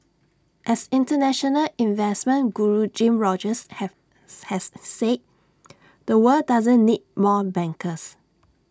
as International investment Guru Jim Rogers have has said the world doesn't need more bankers